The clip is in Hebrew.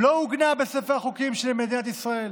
לא עוגנה בספר החוקים של מדינת ישראל.